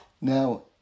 Now